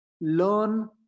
learn